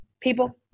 People